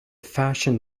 fashion